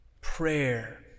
Prayer